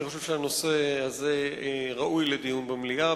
אני חושב שהנושא הזה ראוי לדיון במליאה,